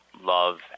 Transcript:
love